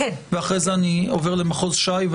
ואחרי זה אני עובר למחוז ש"י.